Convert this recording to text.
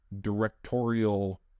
directorial